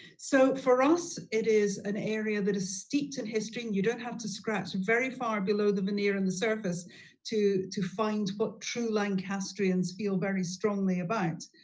so for us, it is an area that is steeped in history, you don't have to scratch very far below the venir in the surface to to find what true lancasterians feel very strongly about.